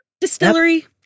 distillery